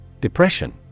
Depression